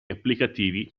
applicativi